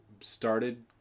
started